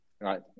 right